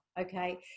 okay